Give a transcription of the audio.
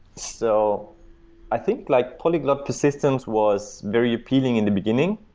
so i think like polyglot persistence was very appealing in the beginning,